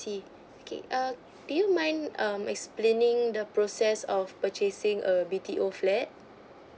okay err do you mind um explaining the process of purchasing a B_T_O flat